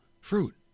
fruit